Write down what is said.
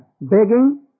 begging